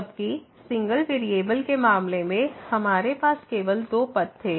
जबकि single variable के मामले में हमारे पास केवल दो पथ थे